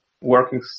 working